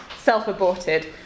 self-aborted